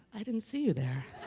i didn't see you there